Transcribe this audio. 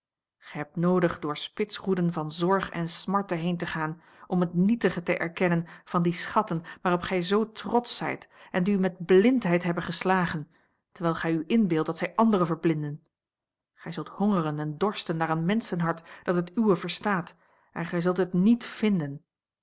gij hebt noodig door spitsroeden van zorg en smarte heen te gaan om het nietige te erkennen van die schatten waarop gij zoo trotsch zijt en die u met blindheid hebben geslagen terwijl gij u inbeeldt dat zij anderen verblinden gij zult hongeren en dorsten naar een menschenhart dat het uwe verstaat en gij zult het niet vinden